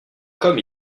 comme